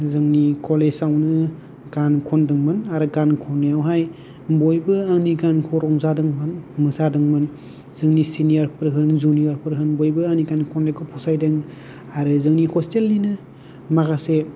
जोंनि कलेज आवनो गान खनदोंमोन आरो गान खननायावहाय बयबो आंनि गानखौ रंजादोंमोन मोसादोंमोन जोंनि सेनियर फोर होन जुनियर फोर होन बयबो आंनि गान खननायखौ फसायदों आरो जोंनि हसटेल निनो माखासे